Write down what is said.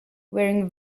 wearing